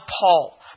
Paul